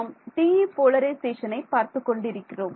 நாம் TE போலரிசேஷனை பார்த்துக் கொண்டு இருக்கிறோம்